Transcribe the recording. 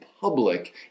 public